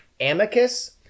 Amicus